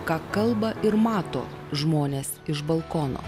ką kalba ir mato žmonės iš balkono